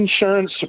insurance